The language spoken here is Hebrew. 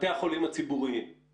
של דבר בתי החולים האלה חיים מיום ליום.